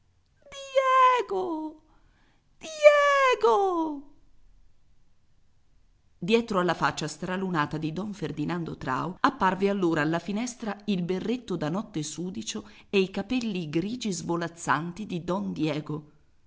diego diego dietro alla faccia stralunata di don ferdinando trao apparve allora alla finestra il berretto da notte sudicio e i capelli grigi svolazzanti di don diego